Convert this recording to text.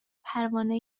پروانه